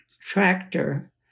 tractor